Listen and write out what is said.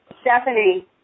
Stephanie